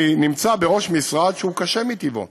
אני נמצא בראש משרד שהוא קשה מטבעו,